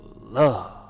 love